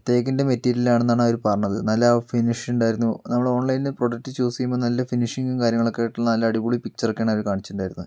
തേക്കിന്റെ material ആണെന്നാണ് അവര് പറഞ്ഞത് നല്ല ഫിനിഷ് ഉണ്ടായിരുന്നു നമ്മൾ ഓൺലൈനിൽ പ്രൊഡക്ട് ചൂസ് ചെയ്യുമ്പോൾ നല്ല ഫിനിഷിങ്ങും കാര്യങ്ങളും ഒക്കെയായിട്ടുള്ള നല്ല അടിപൊളി പിക്ചര് ഒക്കെയാണ് അവര് കാണിച്ചിട്ടുണ്ടായിരുന്നത്